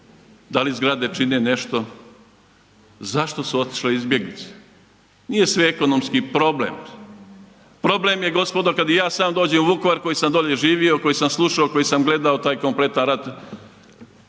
da li zgrade čine nešto, zašto su otišle izbjeglice. Nije sve ekonomski problem, problem je gospodo kad i ja sam dođem u Vukovar koji sam dolje živio, koji sam slušao, koji sam gledao taj kompletan rat,